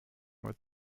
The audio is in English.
with